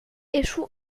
échoue